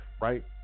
Right